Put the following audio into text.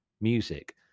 music